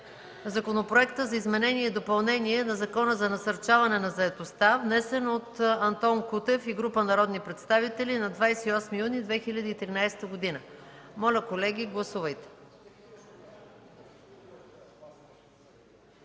Законопроекта за изменение и допълнение на Закона за насърчаване на заетостта, внесен от Антон Кутев и група народни представители на 28 юни 2013 г. Моля, колеги, гласувайте.